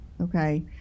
okay